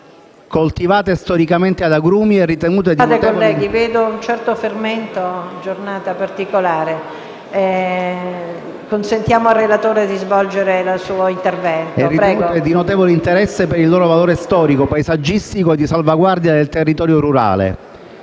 Tali aree agricole sono ritenute di notevole interesse per il loro valore storico, paesaggistico e di salvaguardia del territorio rurale.